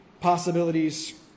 possibilities